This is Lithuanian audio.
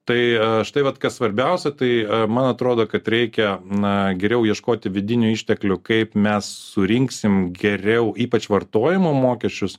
tai štai vat kas svarbiausia tai man atrodo kad reikia na geriau ieškoti vidinių išteklių kaip mes surinksim geriau ypač vartojimo mokesčius